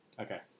Okay